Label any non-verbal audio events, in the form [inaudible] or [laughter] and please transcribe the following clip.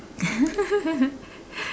[laughs]